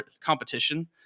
competition